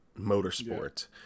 Motorsport